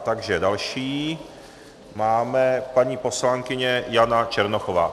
Takže další je paní poslankyně Jana Černochová.